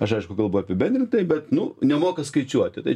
aš aišku kalbu apibendrintai bet nu nemoka skaičiuoti tai